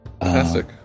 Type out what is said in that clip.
Fantastic